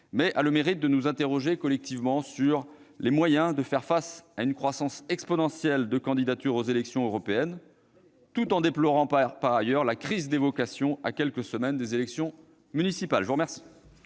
le mérite de nous interroger collectivement sur les moyens de faire face à une croissance exponentielle de candidatures aux élections européennes, tout en déplorant par ailleurs la crise des vocations à quelques semaines des élections municipales. Excellent